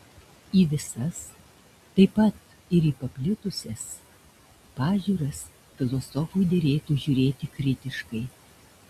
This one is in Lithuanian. į visas taip pat ir į paplitusias pažiūras filosofui derėtų žiūrėti kritiškai